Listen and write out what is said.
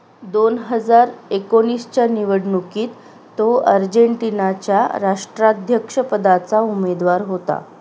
दोन हजार एकोणीसच्या निवडणुकीत तो अर्जेंटिनाच्या राष्ट्राध्यक्षपदाचा उमेदवार होता